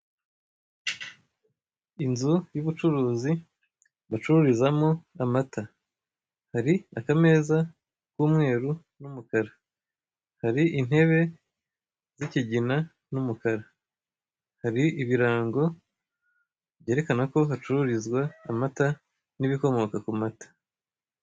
Inzu y'ubucuruzi bacururizamo amata, hari akameza k'umweru n'umukara, hari intebe z'ikigina n'umukara, hari ibirango byerekana ko hacururizwa amata n'ibikomoka ku mata.